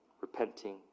repenting